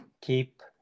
keep